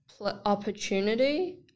opportunity